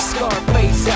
Scarface